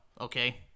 Okay